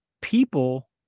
people